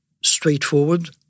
straightforward